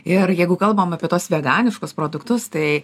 ir jeigu kalbam apie tuos veganiškus produktus tai